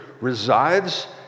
resides